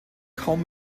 kaum